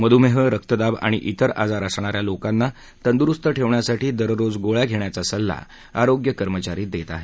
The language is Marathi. मधुमेह रक्तदाव आणि तिर आजार असणा या लोकांना तंदुरुस्त ठेवण्यासाठी दररोज गोळ्या घेण्याचा सल्ला आरोग्य कर्मचारी देत आहेत